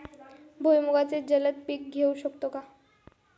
भुईमुगाचे जलद पीक घेऊ शकतो का?